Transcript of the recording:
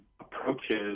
approaches